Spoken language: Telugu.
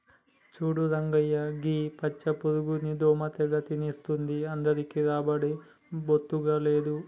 చూడు రంగయ్య గీ పచ్చ పురుగుని దోమ తెగ తినేస్తుంది అందరికీ రాబడి బొత్తిగా లేదు